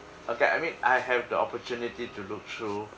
okay I mean I have the opportunity to look through